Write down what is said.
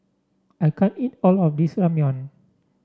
I can't eat all of this Ramyeon